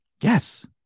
Yes